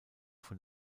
von